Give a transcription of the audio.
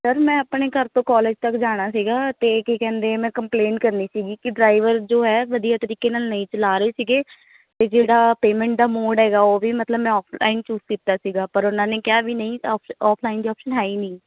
sir ਮੈਂ ਆਪਣੇ ਘਰ ਤੋਂ ਕਾਲਜ ਤੱਕ ਜਾਣਾ ਸੀਗਾ ਅਤੇ ਕੀ ਕਹਿੰਦੇ ਮੈਂ ਕੰਪਲੇਂਟ ਕਰਨੀ ਸੀਗੀ ਕਿ ਡਰਾਈਵਰ ਜੋ ਹੈ ਵਧੀਆ ਤਰੀਕੇ ਨਾਲ ਨਹੀਂ ਚਲਾ ਰਹੇ ਸੀਗੇ ਅਤੇ ਜਿਹੜਾ ਪੇਮੈਂਟ ਦਾ ਮੋਡ ਹੈਗਾ ਉਹ ਵੀ ਮਤਲਵ ਮੈਂ ਔਫਲਾਈਨ ਚੂਜ਼ ਕੀਤਾ ਸੀਗਾ ਪਰ ਉਹਨਾਂ ਨੇ ਕਿਹਾ ਵੀ ਨਹੀਂ ਔਫਲਾਈਨ ਦੀ ਓਪਸ਼ਨ ਹੈ ਹੀ ਨਹੀਂ